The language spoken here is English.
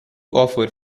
offer